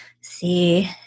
See